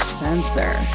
Spencer